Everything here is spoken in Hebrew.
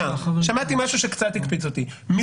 שמעתי משהו שקצת הקפיץ אותי.